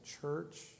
church